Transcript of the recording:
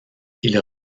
ils